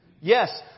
Yes